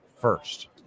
first